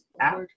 app